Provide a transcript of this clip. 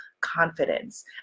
confidence